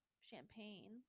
champagne